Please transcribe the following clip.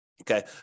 okay